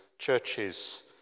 churches